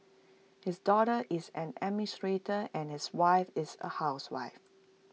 his daughter is an administrator and his wife is A housewife